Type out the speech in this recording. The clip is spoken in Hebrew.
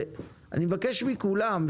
ואני מבקש מכולם,